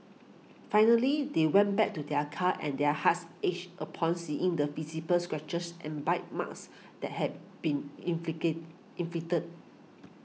finally they went back to their car and their hearts ached upon seeing the visible scratches and bite marks that had been inflicted